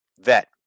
Vet